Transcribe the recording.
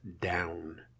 down